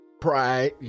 Pride